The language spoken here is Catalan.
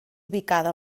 ubicada